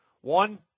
one